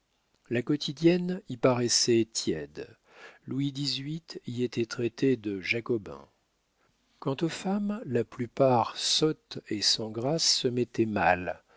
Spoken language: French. la quotidienne y paraissait tiède louis xviii y était traité de jacobin quant aux femmes la plupart sottes et sans grâce se mettaient mal